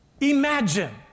Imagine